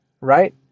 right